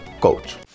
Coach